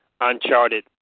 uncharted